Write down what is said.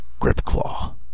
Gripclaw